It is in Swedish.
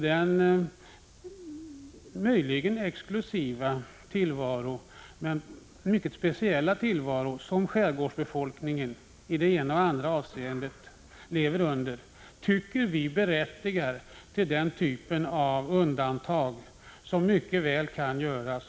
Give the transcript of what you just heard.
Den möjligen exklusiva men i alla händelser mycket speciella tillvaro som skärgårdsbefolkningen i olika avseenden lever i berättigar till den typ av undantag som mycket väl kan göras.